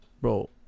Bro